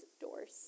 doors